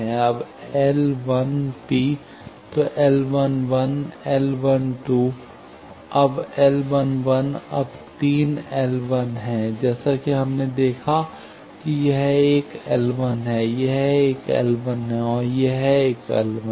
अब L तो L L अब L अब तीन L हैं जैसा कि हमने देखा है कि यह एक L है यह एक और L है और यह एक और L है